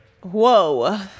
whoa